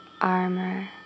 Armor